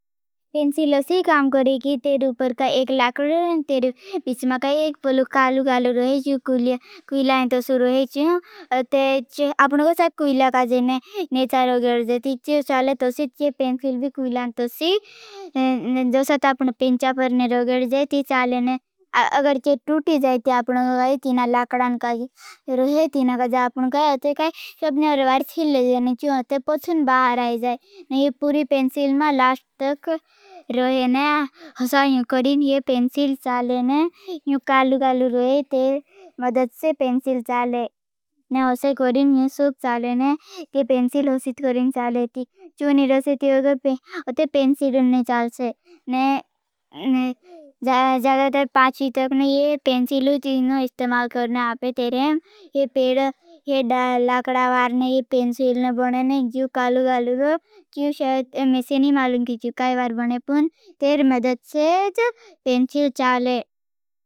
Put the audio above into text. फेंसी ले से काम करेगी फिर ऊपर का एक लकड़ी और बीच में का एक काल काल रहे जो पीला रोहे है। आप को सबको इलाका जाने, मेसार होगी। जती चले तो फिर पेंसिल भी खुला। तो फिर दो सात अपने बेचा पर निकल जाए। तो चले ना अगर टूटी जाए। तो आपन लगान का रहे थिन्का जो आप का है। अपने वार्थे ले जाना पछुन बाहर आई जाए। ये पूरी पेंसिल का लास्ट तक रहे ना। ऐसा करिन ये पेंसिल चाले ना काल काल रोहे तेरी मदद से पेंसिल चाले। म उस करिन सुख चाले ने। ये पेंसिल करीन चाले क्यों नहीं रसीद के ऊपर तो पेंसिल ने चलसे। न ज्यादातर पांच तक नहीं। ये पेंसिल इस्तेमाल करना फिर ये पेड ये लकड़ा वार्न ये पेंसिल बोले नही। जो काल काल दो क्यों। शायद मुझ नही मालूम कि क्यो काई बार बन फन तेरी मदद से पेंसिल चाले।